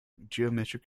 geometric